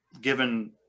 given